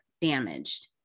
damaged